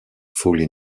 fully